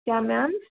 क्या मैम